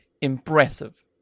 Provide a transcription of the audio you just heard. impressive